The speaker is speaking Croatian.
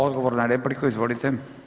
Odgovor na repliku izvolite.